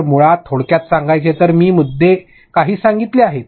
तर मुळात थोडक्यात सांगायचे तर मी काही मुद्दे सांगितले आहेत